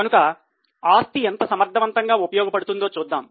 కనుక ఆస్తి ఎంత సమర్థవంతంగా ఉపయోగపడుతుందో చూద్దాం